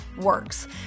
works